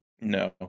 No